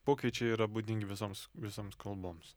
pokyčiai yra būdingi visoms visoms kalboms